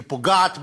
היא פוגעת בנו,